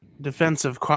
defensive